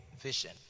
vision